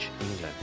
England